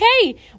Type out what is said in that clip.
okay